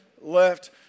left